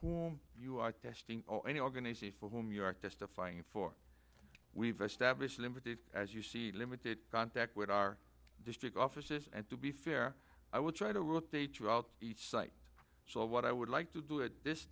whom you are testing or any organization for whom york testifying for we've established limited as you see limited contact with our district offices and to be fair i will try to look the two out each site so what i would like to do it this